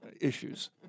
issues